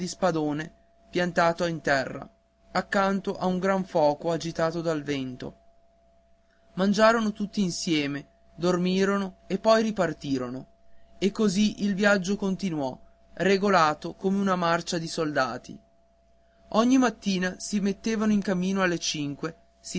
spadone piantato in terra accanto a un gran foco agitato dal vento mangiarono tutti insieme dormirono e poi ripartirono e così il viaggio continuò regolato come una marcia di soldati ogni mattina si mettevano in cammino alle cinque